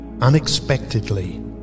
unexpectedly